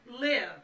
live